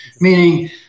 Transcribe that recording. Meaning